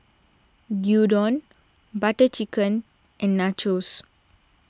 Gyudon Butter Chicken and Nachos